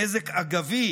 נזק אגבי,